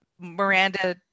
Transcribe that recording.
Miranda